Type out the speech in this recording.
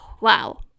Wow